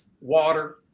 water